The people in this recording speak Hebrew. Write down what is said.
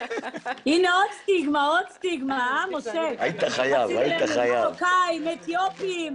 הנה עוד סטיגמה, משה, מרוקאים, אתיופים.